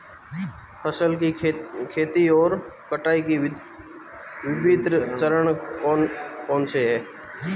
फसल की खेती और कटाई के विभिन्न चरण कौन कौनसे हैं?